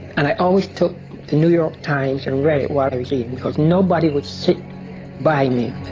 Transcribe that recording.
and i always took the new york times and read it while i was eating because nobody would sit by me.